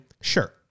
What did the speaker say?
sure